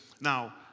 Now